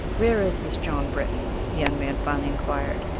where is this john britton? the young man finally inquired.